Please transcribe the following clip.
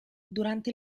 durante